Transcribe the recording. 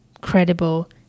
credible